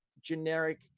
generic